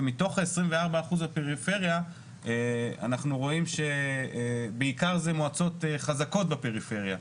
ומתוך ה- 24% מהפריפריה אנחנו רואים שזה בעיקר מועצות חזקות בפריפריה,